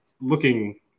looking